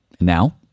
Now